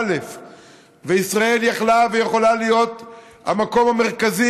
וישראל יכלה ויכולה להיות המקום המרכזי